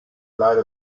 light